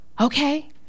Okay